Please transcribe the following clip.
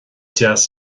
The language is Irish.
deas